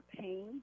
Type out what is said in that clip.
pain